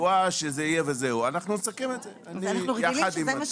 אנחנו נסכם את זה בינינו.